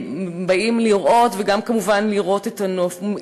באים לראות, וגם כמובן לראות את הנוף.